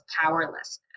powerlessness